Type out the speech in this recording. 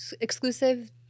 exclusive